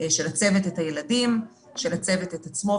הצוות את הילדים ושל הצוות את עצמו,